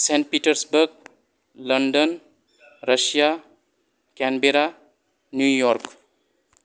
saint Petersburg London Russia Canberra New York